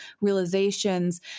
realizations